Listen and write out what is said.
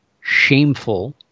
shameful